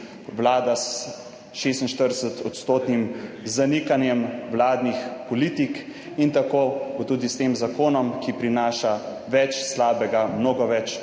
Vlada s 36 % zanikanjem vladnih politik in tako bo tudi s tem zakonom, ki prinaša več slabega, mnogo več